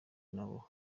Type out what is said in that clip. nabo